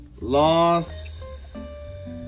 Loss